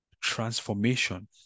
transformation